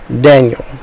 Daniel